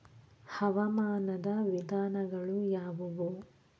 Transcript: ಹವಾಮಾನದ ವಿಧಗಳು ಯಾವುವು?